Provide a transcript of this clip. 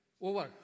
Over